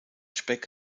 speck